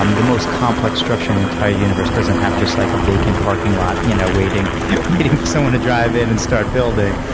um the most complex structure in the entire universe doesn't have just like a vacant parking lot you know waiting for someone to drive in and start building.